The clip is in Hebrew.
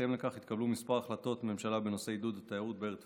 ובהתאם לכך התקבלו כמה החלטות ממשלה בנושא עידוד התיירות בעיר טבריה,